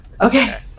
Okay